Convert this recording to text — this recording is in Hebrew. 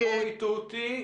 פה הטעו אותי.